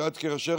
את יודעת,